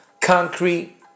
concrete